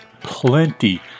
plenty